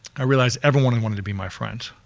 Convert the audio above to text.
i realized everyone and wanted to be my friend.